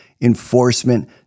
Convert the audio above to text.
Enforcement